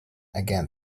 again